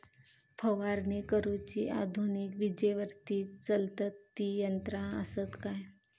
फवारणी करुची आधुनिक विजेवरती चलतत ती यंत्रा आसत काय?